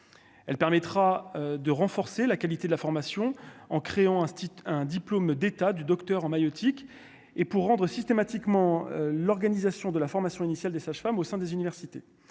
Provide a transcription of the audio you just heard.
elle permettra de renforcer la qualité de la formation en créant un site, un diplôme d'état du Docteur en maïeutique et pour rendre systématiquement l'organisation de la formation initiale des sages-femmes au sein des universités,